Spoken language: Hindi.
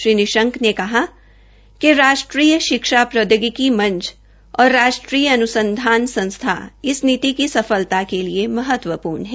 श्री निशंक ने कहा कि राष्ट्रीय शिक्षा प्रौदयोगिकी मंच और राष्ट्रीय अनुसंधान संस्थान इस नीति की सफलता के लिए महत्वपूर्ण है